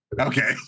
Okay